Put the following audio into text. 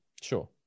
Sure